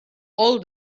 all